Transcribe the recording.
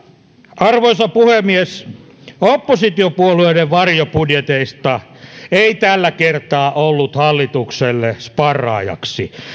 arvoisa puhemies oppositiopuolueiden varjobudjeteista ei tällä kertaa ollut hallitukselle sparraajaksi